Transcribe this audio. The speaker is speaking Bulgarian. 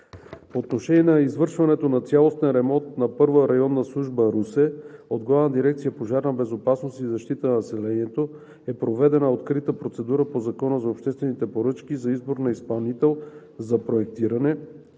По отношение на извършването на цялостен ремонт на Първа районна служба – Русе, от Главна дирекция „Пожарна безопасност и защита на населението“ е проведена открита процедура по Закона за обществените поръчки за избор на изпълнител за проектиране,